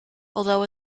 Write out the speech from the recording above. although